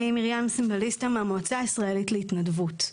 אני מרים סימבליסטה, מהמועצה הישראלית להתנדבות.